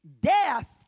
death